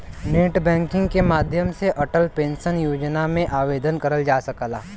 net banking के माध्यम से अटल पेंशन योजना में आवेदन करल जा सकला